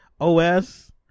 OS